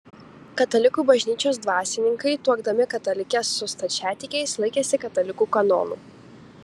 katalikų bažnyčios dvasininkai tuokdami katalikes su stačiatikiais laikėsi katalikų kanonų